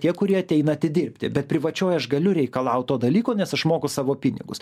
tie kurie ateina atidirbti bet privačioj aš galiu reikalaut to dalyko nes aš moku savo pinigus